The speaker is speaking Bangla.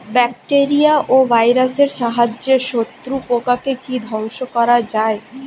ব্যাকটেরিয়া ও ভাইরাসের সাহায্যে শত্রু পোকাকে কি ধ্বংস করা যায়?